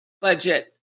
budget